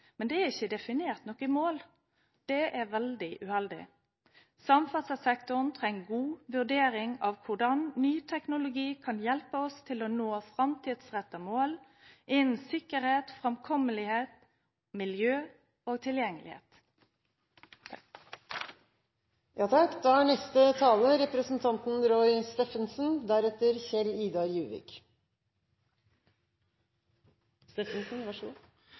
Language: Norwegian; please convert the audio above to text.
men det er ikke definert noe mål. Det er veldig uheldig. Samferdselssektoren trenger en god vurdering av hvordan ny teknologi kan hjelpe oss til å nå framtidsrettede mål innen sikkerhet, framkommelighet, miljø og tilgjengelighet. I transportkomiteen har vi vært så